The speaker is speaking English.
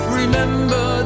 remember